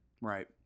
Right